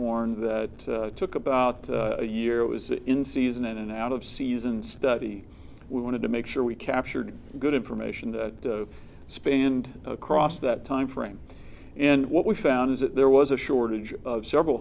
horn that took about a year was in season and out of season study we wanted to make sure we captured good information that spanned across that timeframe and what we found is that there was a shortage of several